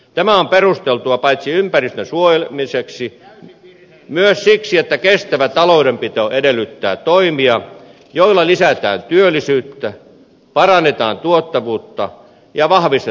tämä on perusteltua paitsi ympäristön suojelemiseksi myös siksi että kestävä taloudenpito edellyttää toimia joilla lisätään työllisyyttä parannetaan tuottavuutta ja vahvistetaan talouskasvua